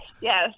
yes